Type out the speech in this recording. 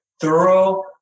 thorough